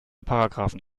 paragraphen